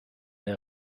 der